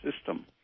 system